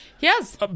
Yes